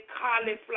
cauliflower